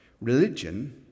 Religion